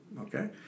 Okay